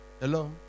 Hello